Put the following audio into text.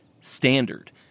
standard